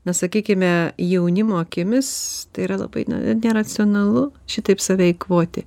na sakykime jaunimo akimis tai yra labai neracionalu šitaip save eikvoti